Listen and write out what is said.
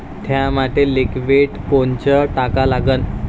थ्या मातीत लिक्विड कोनचं टाका लागन?